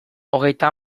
hogeita